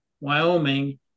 wyoming